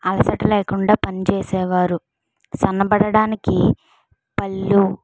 అలసట లేకుండా పనిచేసేవారు సన్నబడడానికి పళ్ళు